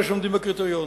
אלה שעומדים בקריטריונים.